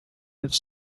its